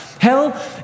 Hell